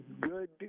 good